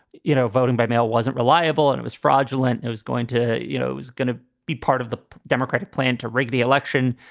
you know, voting by mail wasn't reliable and it was fraudulent, it was going to you know, it was going to be part of the democratic plan to rig the election.